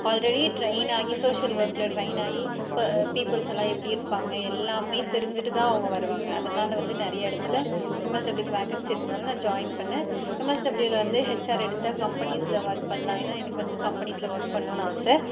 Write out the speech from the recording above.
already டிரெயினாகி social ஒர்க்கில் train ஆகி பீப்பிள்ஸெல்லாம் எப்படி இருப்பாங்க எல்லாம் தெரிஞ்சிகிட்டு தான் அவங்க வருவாங்க அதனால வந்து நிறைய இடத்துல எம்எஸ்டபிள்யூவுக்கு வேகன்ஸ் இருக்கனால நான் ஜாயின் பண்ணே எம்எஸ்டபிள்யூவில் வந்து ஹெச்ஆர் எடுத்தால் கம்பெனிஸில் ஒர்க் பண்ணலாம் ஏன்னா எனக்கு வந்து கம்பெனிஸில் ஒர்க் பண்ணுன்னு ஆசை